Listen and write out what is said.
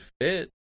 fit